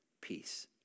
peace